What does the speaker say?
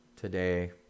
today